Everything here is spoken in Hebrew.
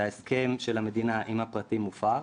שההסכם של המדינה עם הפרטים הופר,